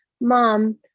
Mom